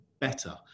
better